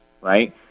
Right